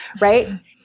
right